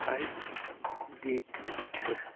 five date